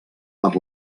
per